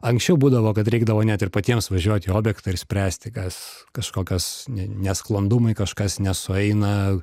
anksčiau būdavo kad reikdavo net ir patiems važiuoti į objektą ir spręsti kas kažkokios ne nesklandumai kažkas nesueina